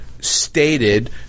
stated